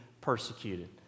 persecuted